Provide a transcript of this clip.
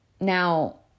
Now